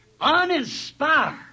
uninspired